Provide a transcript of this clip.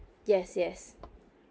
yes yes